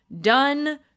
done